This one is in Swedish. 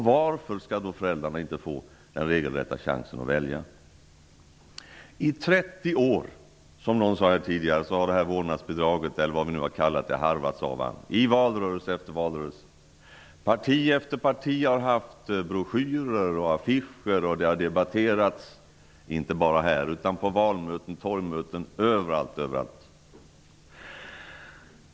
Varför skall då inte föräldrarna få den regelrätta chansen att välja? Någon sade tidigare att frågan om vårdnadsbidraget, eller vad vi nu har kallat det, har harvats av och an i valrörelse efter valrörelse i 30 år. Parti efter parti har haft broschyrer och affischer, och frågan har inte bara debatterats här i riksdagen utan på valmöten och torgmöten överallt.